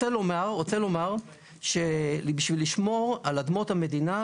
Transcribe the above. אני רוצה לומר שבשביל לשמור על אדמות המדינה,